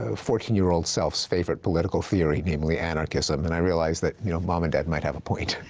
ah fourteen year old self's favorite political theory, namely anarchism, and i realized that you know mom and dad might have a point.